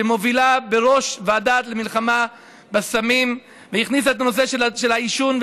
שמובילה בראש הוועדה למלחמה בסמים והכניסה את הנושא של העישון,